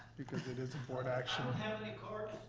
because it is a board action. i don't have any courts.